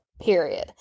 period